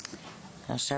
עכשיו,